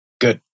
Good